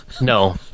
No